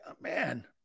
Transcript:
man